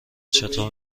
چطور